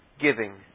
giving